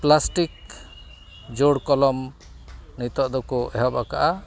plastic ᱡᱳᱲ ᱠᱚᱞᱚᱢ ᱱᱤᱛᱚᱜ ᱫᱚᱠᱚ ᱮᱦᱚᱵ ᱟᱠᱟᱫᱼᱟ